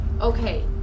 okay